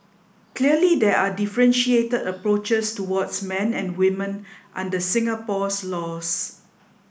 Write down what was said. clearly there are differentiated approaches towards men and women under Singapore's laws